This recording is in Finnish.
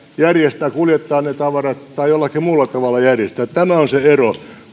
kuljettaa ne tavarat tai jollain muulla tavalla järjestää asian tämä on se ero